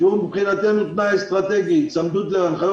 שהוא מבחינתנו תנאי אסטרטגי: היצמדות להנחיות